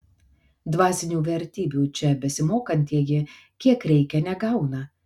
dvasinių vertybių čia besimokantieji kiek reikia negauna